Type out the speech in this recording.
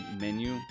menu